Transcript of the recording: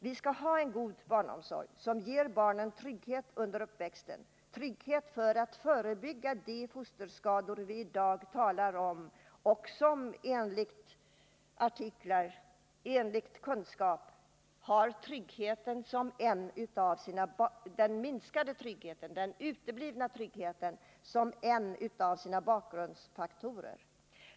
Vi skall ha en god barnomsorg, som ger barnen trygghet under uppväxttiden, för att förebygga de fosterskador vi i dag talar om och som — enligt artiklar och enligt vad man vet — har den minskade tryggheten eller den uteblivna tryggheten som en av sina bakgrundsfaktorer.